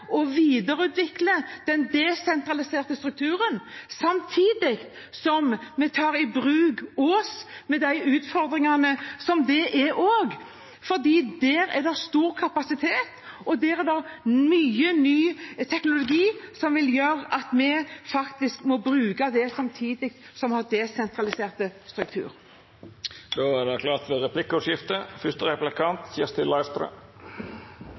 og videreutvikler den desentraliserte strukturen, samtidig som vi tar i bruk Ås – med de utfordringene som det også utgjør – for der er det stor kapasitet og mye nye teknologi, noe som gjør at vi faktisk må bruke det samtidig som vi har en desentralisert struktur. Det vert replikkordskifte.